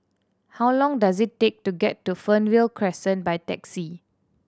how long does it take to get to Fernvale Crescent by taxi